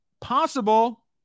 possible